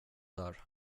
där